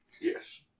Yes